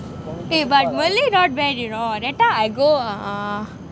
eh but malay not bad you know that time I go uh